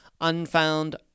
Unfound